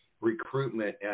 recruitment